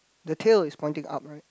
the tail is pointing up right